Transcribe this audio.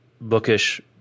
bookish